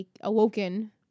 awoken